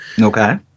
Okay